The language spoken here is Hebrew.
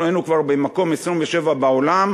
אנחנו היינו כבר במקום 27 בעולם,